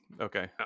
Okay